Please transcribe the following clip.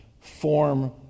form